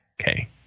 Okay